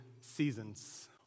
seasons